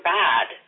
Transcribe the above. bad